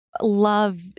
love